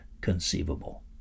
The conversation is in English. conceivable